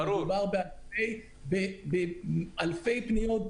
מדובר באלפי פניות,